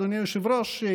אדוני היושב-ראש,